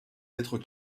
lettres